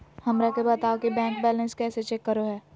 हमरा के बताओ कि बैंक बैलेंस कैसे चेक करो है?